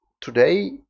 today